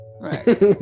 right